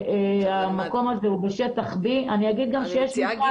המקום הזה הוא בשטח B. אני מציעה,